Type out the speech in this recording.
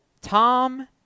Tom